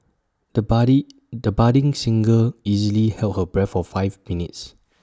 the buddy the budding singer easily held her breath for five minutes